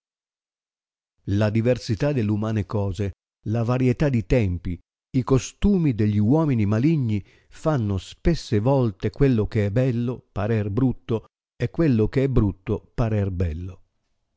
la diversità dell umane cose la varietii di teniii i costumi degli uomini maligni fanno spesse volte quello che è bello parer brutto e quello che è brutto parer beilo